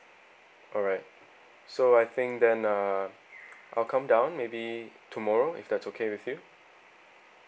alright so I think then uh I'll come down maybe tomorrow if that's okay with you